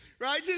Right